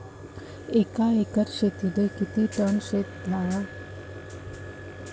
एका एकर शेतीले किती टन शेन खत द्या लागन?